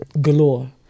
galore